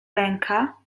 pęka